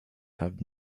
have